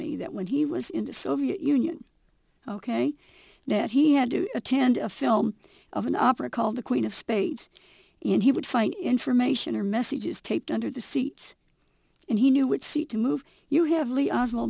me that when he was in the soviet union ok that he had to attend a film of an opera called the queen of spades and he would find information or messages taped under the seats and he knew which seat to move you hav